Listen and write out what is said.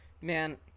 Man